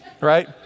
right